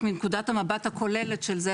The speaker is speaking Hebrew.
רק מנקודת המבט הכוללת של זה,